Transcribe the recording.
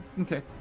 Okay